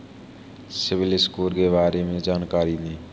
CIBIL score के बारे में जानकारी दें?